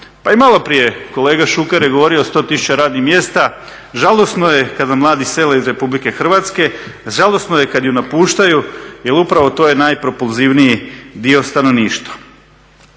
Pa i malo prije kolega Šuker je govorio o 100 tisuća radnih mjesta, žalosno je kada mladi sele iz RH, žalosno je kada je napuštaju jel upravo je to najpropulzivniji dio stanovništva.